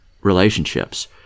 relationships